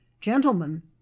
gentlemen